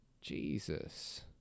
Jesus